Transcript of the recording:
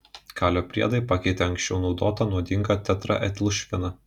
kalio priedai pakeitė anksčiau naudotą nuodingą tetraetilšviną